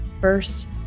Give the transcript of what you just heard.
First